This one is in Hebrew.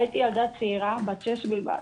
הייתי ילדה צעירה בת שש בלבד.